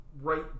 right